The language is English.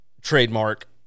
trademark